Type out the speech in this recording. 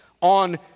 on